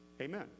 amen